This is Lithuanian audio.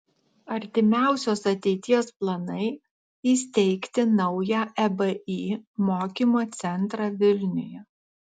artimiausios ateities planai įsteigti naują ebi mokymo centrą vilniuje